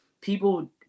people